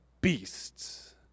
beasts